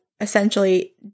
essentially